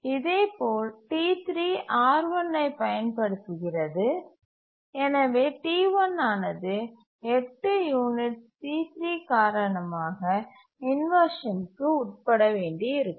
இதேபோல் T3 R1 ஐப் பயன்படுத்துகிறது எனவே T1 ஆனது 8 யூனிட்ஸ் T3 காரணமாக இன்வர்ஷன் க்கு உட்பட வேண்டியிருக்கும்